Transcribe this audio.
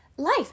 Life